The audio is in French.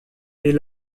est